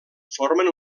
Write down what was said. formen